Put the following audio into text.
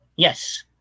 Yes